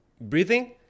breathing